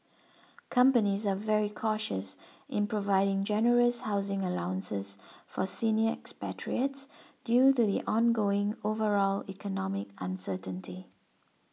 companies are very cautious in providing generous housing allowances for senior expatriates due the ongoing overall economic uncertainty